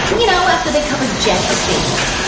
you know after they covered jet as babies.